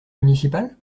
municipal